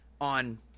on